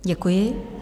Děkuji.